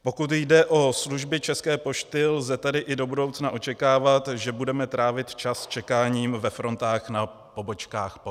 Pokud jde o služby České pošty, lze tedy i do budoucna očekávat, že budeme trávit čas čekáním ve frontách na pobočkách pošt.